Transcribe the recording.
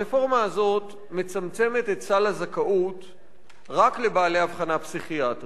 הרפורמה הזאת מצמצמת את סל הזכאות רק לבעלי אבחנה פסיכיאטרית.